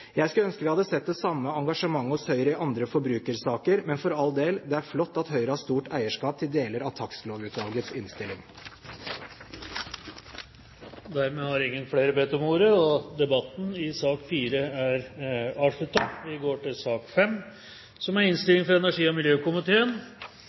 Jeg skulle ønske vi hadde sett det samme engasjementet hos Høyre i andre forbrukersaker, men for all del: Det er flott at Høyre har stort eierskap til deler av Takstlovutvalgets innstilling. Flere har ikke bedt om ordet til sak